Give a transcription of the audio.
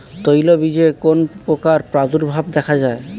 তৈলবীজে কোন পোকার প্রাদুর্ভাব দেখা যায়?